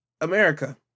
America